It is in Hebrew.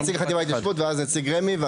נציג חטיבה להתיישבות ואז נציג רמ"י.